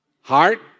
Heart